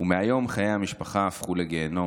ומהיום חיי המשפחה הפכו לגיהינום.